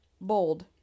bold